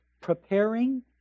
preparing